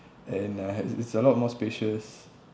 and I had it's it's a lot more spacious